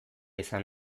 izan